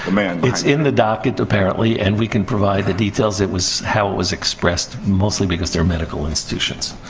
um and it's in the docket apparently. and we can provide the details. it was how it was expressed. mostly because they're medical institutions.